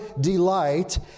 delight